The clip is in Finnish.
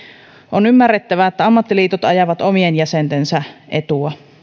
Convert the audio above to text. on ymmärrettävää että ammattiliitot ajavat omien jäsentensä etua